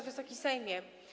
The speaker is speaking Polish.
Wysoki Sejmie!